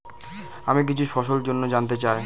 আমি কিছু ফসল জন্য জানতে চাই